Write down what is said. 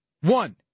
One